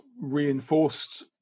reinforced